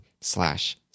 slash